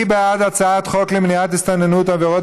מי בעד הצעת חוק למניעת הסתננות (עבירות